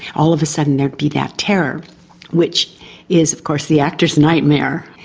all of a sudden there'd be that terror which is of course the actor's nightmare.